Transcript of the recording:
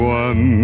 one